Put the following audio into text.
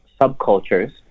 subcultures